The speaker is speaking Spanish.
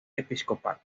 episcopal